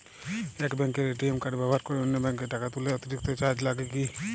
এক ব্যাঙ্কের ATM card ব্যবহার করে অন্য ব্যঙ্কে টাকা তুললে অতিরিক্ত চার্জ লাগে কি?